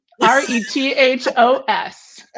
r-e-t-h-o-s